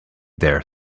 there